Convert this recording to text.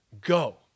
go